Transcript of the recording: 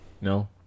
No